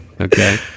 Okay